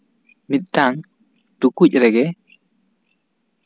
ᱢᱤᱫᱴᱟᱝ ᱴᱩᱠᱩᱪ ᱨᱮᱜᱮ